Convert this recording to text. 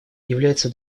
является